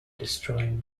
destroying